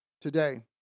today